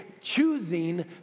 choosing